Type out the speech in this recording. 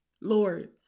Lord